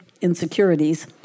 insecurities